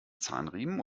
zahnriemen